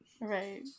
Right